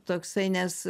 toksai nes